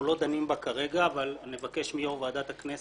לא דנים בה כרגע אבל נבקש מיו"ר ועדת הכנסת,